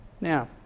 Now